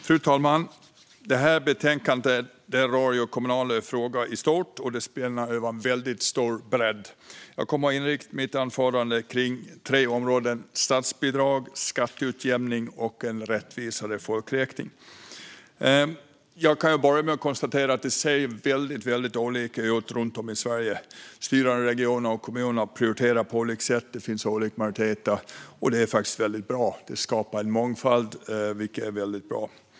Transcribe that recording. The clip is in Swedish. Fru talman! Det här betänkandet rör ju kommunala frågor i stort, och det spänner över en väldigt stor bredd. Jag kommer att inrikta mitt anförande på tre områden: riktade statsbidrag, skatteutjämning och en rättvisare folkräkning. Jag kan ju börja med att konstatera att det ser väldigt olika ut runt om i Sverige. De styrande i regioner och kommuner prioriterar på olika sätt, och det finns olika majoriteter. Det är faktiskt väldigt bra - det skapar mångfald, vilket är väldigt bra.